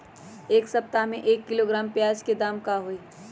एक सप्ताह में एक किलोग्राम प्याज के दाम का होई?